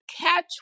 catch